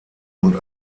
und